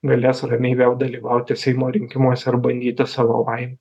galės ramiai vėl dalyvauti seimo rinkimuose ar bandyti savo laim